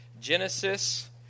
Genesis